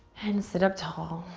and sit up tall.